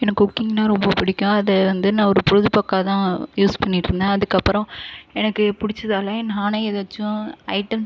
எனக்கு குக்கிங்னால் ரொம்ப பிடிக்கும் அது வந்து நான் ஒரு பொழுது போக்காகதான் யூஸ் பண்ணிட்டுருந்தேன் அதுக்கப்பறம் எனக்கு பிடுச்சதால நானே எதாச்சும் ஐட்டம்ஸ்